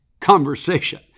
conversation